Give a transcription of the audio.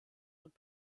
und